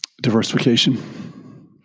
diversification